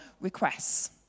requests